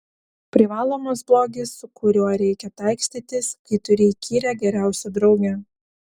privalomas blogis su kuriuo reikia taikstytis kai turi įkyrią geriausią draugę